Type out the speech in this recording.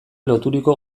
loturiko